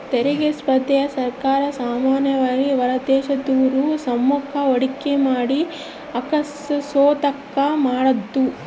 ತೆರಿಗೆ ಸ್ಪರ್ಧೆನ ಸರ್ಕಾರ ಸಾಮಾನ್ಯವಾಗಿ ಹೊರದೇಶದೋರು ನಮ್ತಾಕ ಹೂಡಿಕೆ ಮಾಡಕ ಆಕರ್ಷಿಸೋದ್ಕ ಮಾಡಿದ್ದು